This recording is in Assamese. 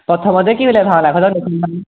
প্ৰথমতে কি ওলায় ভাওনাখনত